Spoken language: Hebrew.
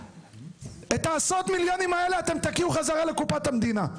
את העשרות מיליארדים האלה אתם תקיאו חזרה לקופת המדינה.